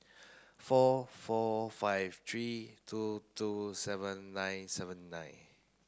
four four five three two two seven nine seven nine